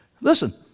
listen